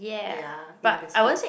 ya in the school